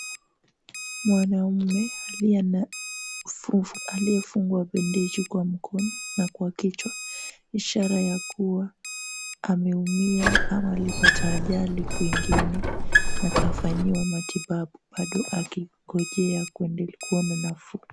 Mwanaume aliyefungwa bendeji kwa mkono na kwa kichwa, ishara ya kuwa ameumia ama alipata ajali kwingine na akafanyiwa matibabu bado akingojea kuona nafuu.